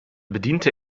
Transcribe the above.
bediente